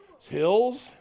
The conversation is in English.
Hills